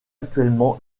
actuellement